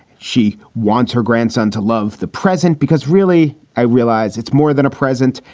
she wants her grandson to love the present because really i realize it's more than a present.